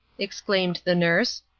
exclaimed the nurse,